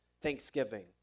thanksgiving